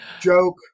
Joke